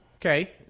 Okay